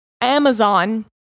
Amazon